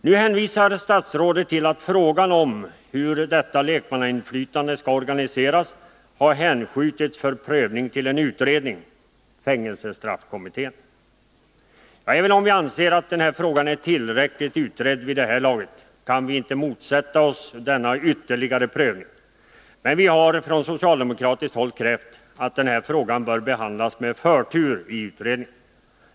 Nu hänvisar statsrådet till att frågan om hur detta lekmannainflytande skall organiseras har hänskjutits för prövning till en utredning, fängelsestraffkommittén. Även om vi anser att denna fråga är tillräckligt utredd vid det här laget, kan vi inte motsätta oss denna ytterligare prövning, men vi har från socialdemokratiskt håll krävt att denna fråga bör behandlas med förtur i utredningen.